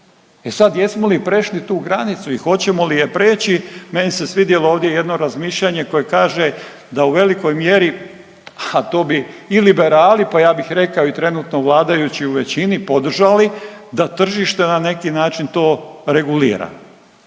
E sad, jesmo li prešli tu granicu i hoćemo li je prijeći? Meni se svidjelo ovdje jedno razmišljanje koje kaže, da u veliko mjeri ha to bi i liberali pa ja bih rekao i trenutno vladajući u većini podržali da tržište na neki način to regulira